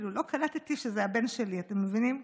לא קלטתי שזה הבן שלי, אתם מבינים?